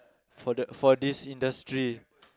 for the for this industry